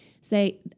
say